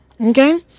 Okay